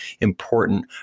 important